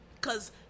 Cause